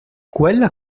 quella